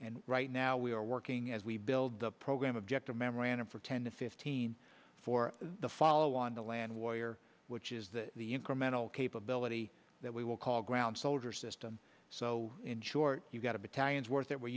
and right now we are working as we build the program object a memorandum for ten to fifteen for the follow on the land warrior which is that the incremental capability that we will call ground soldier system so in short you've got a battalion work that we're